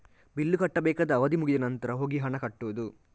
bill ಕಟ್ಟಬೇಕಾದ ಅವಧಿ ಮುಗಿದ ನಂತ್ರ ಹೋಗಿ ಹಣ ಕಟ್ಟುದು